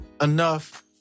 enough